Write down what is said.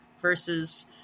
versus